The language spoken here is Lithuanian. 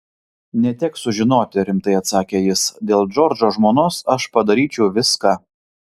neteks sužinoti rimtai atsakė jis dėl džordžo žmonos aš padaryčiau viską